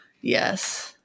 Yes